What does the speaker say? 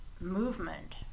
movement